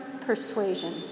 persuasion